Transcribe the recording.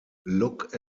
look